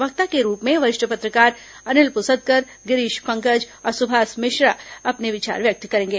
वक्ता के रूप में वरिष्ठ पत्रकार अनिल पुसदकर गिरीश पंकज और सुभाष मिश्रा अपने विचार व्यक्त करेंगे